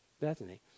Bethany